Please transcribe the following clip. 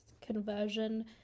conversion